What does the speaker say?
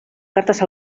cartas